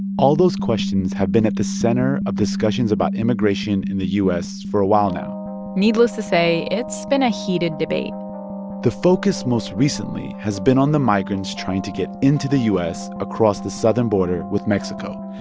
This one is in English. all those questions have been at the center of discussions about immigration in the u s. for a while now needless to say, it's been a heated debate the focus most recently has been on the migrants trying to get into the u s. across the southern border with mexico.